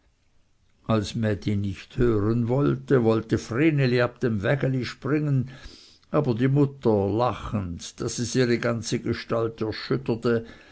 als mädi nicht hören wollte wollte vreneli ab dem wägeli springen aber die mutter lachend daß es ihre ganze gestalt erschüttete